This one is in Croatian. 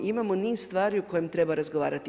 Imamo niz stvari o kojima treba razgovarati.